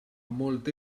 molt